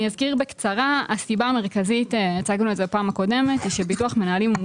הסיבה המרכזית היא שביטוח מנהלים הוא